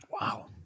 Wow